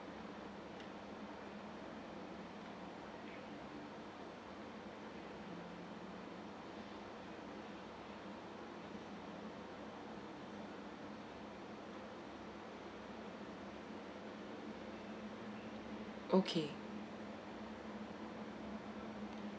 okay